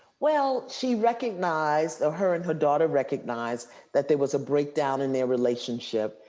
well, she recognized, or her and her daughter recognized that there was a breakdown in their relationship.